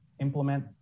implement